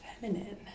feminine